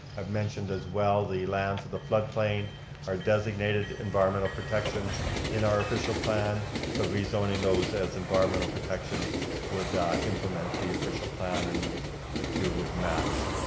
i've mentioned as well, the lands of the flood plain are designated environmental protection in our official plan, so rezoning those as environmental protection would implement the official plan and the two would match.